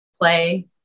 play